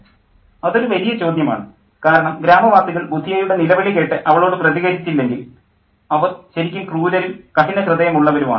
professor അതൊരു വലിയ ചോദ്യമാണ് കാരണം ഗ്രാമവാസികൾ ബുധിയയുടെ നിലവിളി കേട്ട് അവളോട് പ്രതികരിച്ചില്ലെങ്കിൽ അവർ ശരിക്കും ക്രൂരരും കഠിനഹൃദയമുള്ളവരുമാണ്